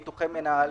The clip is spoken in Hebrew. ביטוחי מנהלים,